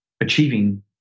achieving